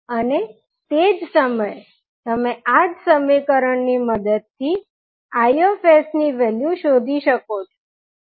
અને તે જ સમયે તમે આ જ સમીકરણની મદદથી Isની વેલ્યુ શોધી શકો છો